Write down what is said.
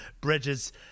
Bridges